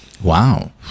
Wow